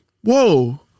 whoa